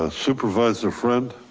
ah supervisor friend.